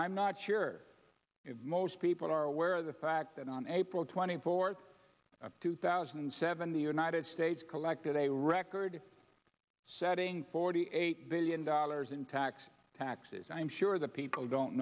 i'm not sure if most people are aware of the fact that on april twenty fourth two thousand and seven the united states collected a record setting forty eight billion dollars in tax taxes i'm sure the people don't